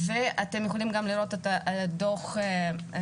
אתם יכולים גם לראות את הנתונים של